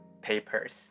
papers